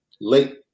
late